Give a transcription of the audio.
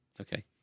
Okay